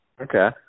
Okay